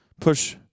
push